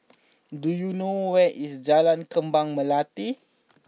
do you know where is Jalan Kembang Melati